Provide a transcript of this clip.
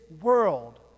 world